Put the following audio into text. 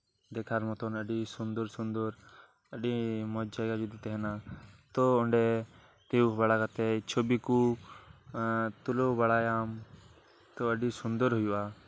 ᱫᱮᱠᱷᱟᱨ ᱢᱚᱛᱚᱱ ᱟᱹᱰᱤ ᱥᱩᱱᱫᱚᱨ ᱥᱩᱱᱫᱚᱨ ᱟᱹᱰᱤ ᱢᱚᱸᱡᱽ ᱡᱟᱭᱜᱟ ᱡᱩᱫᱤ ᱛᱟᱦᱮᱱᱟ ᱛᱚ ᱚᱸᱰᱮ ᱛᱤᱭᱚᱜ ᱵᱟᱲᱟ ᱠᱟᱛᱮᱫ ᱪᱷᱳᱵᱤᱠᱚ ᱛᱩᱞᱟᱹᱣ ᱵᱟᱲᱟᱭᱟᱢ ᱛᱚ ᱟᱹᱰᱤ ᱥᱩᱱᱫᱚᱨ ᱦᱩᱭᱩᱜᱼᱟ